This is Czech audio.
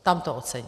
Tam to ocení.